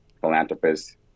philanthropist